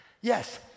Yes